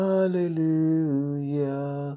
Hallelujah